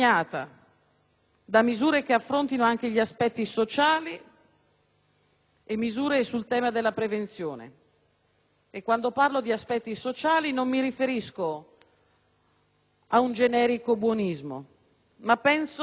interventi di prevenzione. E quando parlo di aspetti sociali non mi riferisco ad un generico buonismo, ma penso all'efficacia dissuasiva delle norme.